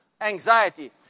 anxiety